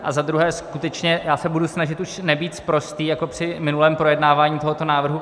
A za druhé, skutečně já se budu snažit už nebýt sprostý jako při minulém projednávání tohoto návrhu.